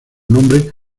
nombre